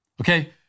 Okay